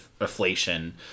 inflation